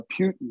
Putin